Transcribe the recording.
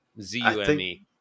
Z-U-M-E